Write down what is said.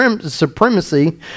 supremacy